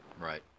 Right